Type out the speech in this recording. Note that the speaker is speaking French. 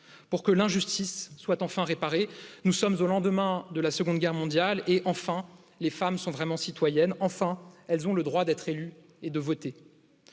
pour que l'injustice soit enfin réparée nous sommes au lendemain de la seconde guerre mondiale et enfin les femmes sont vraiment citoyennes enfin elles ont le droit d'être élues et de voter